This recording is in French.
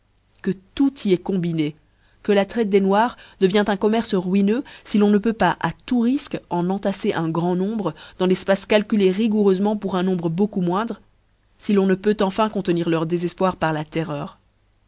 que tout y eft combiné que la traite des noirs devient un commerce ruineux fi l'on ne peut pas à tous niques en entafrer un grand nombre dans l'efpace calculé rigoureufement pour un nombre beaucoup moindre fi l'on ne peut enfin contenir leur défefpoir par la terreur